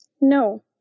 No